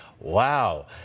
Wow